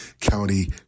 County